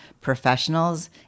professionals